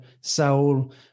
Saul